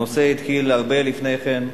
הנושא התחיל הרבה לפני כן,